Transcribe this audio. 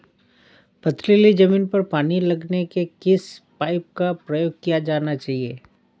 पथरीली ज़मीन पर पानी लगाने के किस पाइप का प्रयोग किया जाना चाहिए?